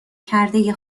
کرده